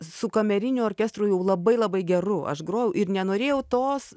su kameriniu orkestru jau labai labai geru aš grojau ir nenorėjau tos